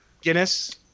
Guinness